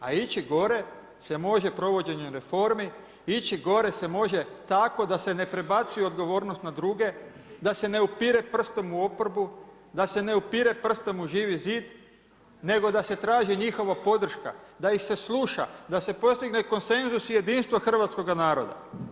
A ići gore se može provođenjem reformi, ići gore se može tako da se ne prebacuje odgovornost na druge, da se ne upire prstom u oporbu, da se ne upire prstom u Živi zid, nego da se traži njihova podrška, da ih se sluša, da se postigne konsenzus i jedinstvo hrvatskoga naroda.